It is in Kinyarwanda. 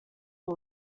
abo